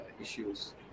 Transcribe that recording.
issues